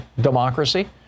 democracy